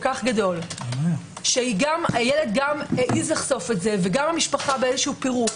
כך גדול שגם הילד העז לחשוף את זה וגם המשפחה בפירוק